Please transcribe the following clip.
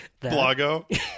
Blago